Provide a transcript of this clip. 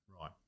Right